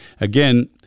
Again